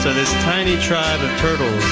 these tiny tribe of turtles